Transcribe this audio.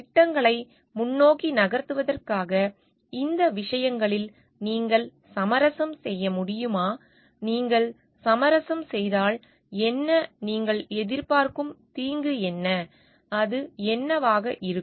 திட்டங்களை முன்னோக்கி நகர்த்துவதற்காக இந்த விஷயங்களில் நீங்கள் சமரசம் செய்ய முடியுமா நீங்கள் சமரசம் செய்தால் என்ன நீங்கள் எதிர்பார்க்கும் தீங்கு என்ன அது என்னவாக இருக்கும்